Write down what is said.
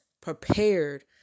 prepared